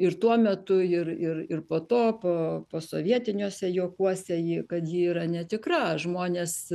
ir tuo metu ir ir ir po to po posovietiniuose juokuose ji kad ji yra netikra žmonės